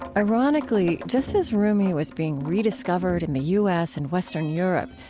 ironically, just as rumi was being rediscovered in the u s. and western europe,